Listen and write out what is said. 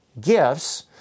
gifts